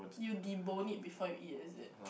you debone it before you eat is it